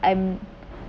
I’m